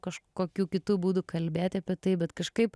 kažkokių kitų būdų kalbėti apie tai bet kažkaip